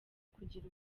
kugira